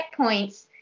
checkpoints